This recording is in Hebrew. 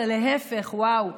אלא להפך: וואו,